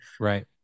Right